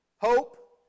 hope